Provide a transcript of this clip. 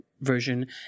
version